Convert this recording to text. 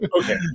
Okay